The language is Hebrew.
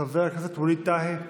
חבר הכנסת ווליד טאהא,